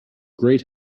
great